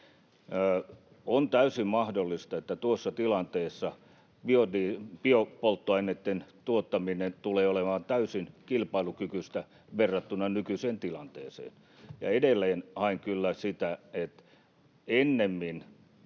On täysin mahdollista, että tuossa tilanteessa biopolttoaineitten tuottaminen tulee olemaan täysin kilpailukykyistä verrattuna nykyiseen tilanteeseen. Ja edelleen haen kyllä sitä, että ennemmin